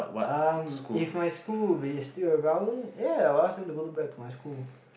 um if my school will be still around yeah I'll ask them to go back to my school